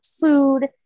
food